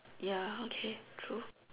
ya okay true